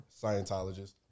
Scientologist